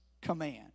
command